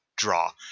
draw